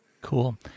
Cool